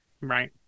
Right